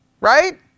right